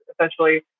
essentially